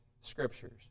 Scriptures